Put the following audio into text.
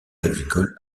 agricole